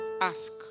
ask